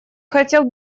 хотел